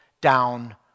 down